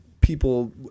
people